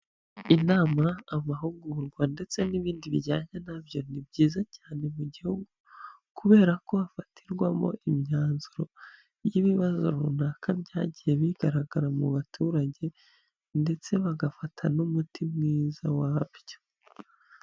Inama, amahugurwa ndetse n'ibindi bijyanye nabyo, ni byiza cyane mu gihugu kubera ko hafatirwamo imyanzuro y'ibibazo runaka byagiye bigaragara mu baturage ndetse bagafata n'umuti mwiza wabyo.